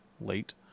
late